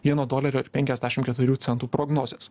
vieno dolerio ir penkiasdešim keturių centų prognozės